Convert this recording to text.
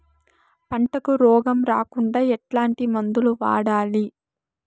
పంటకు రోగం రాకుండా ఎట్లాంటి మందులు వాడాలి?